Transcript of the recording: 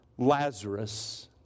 Lazarus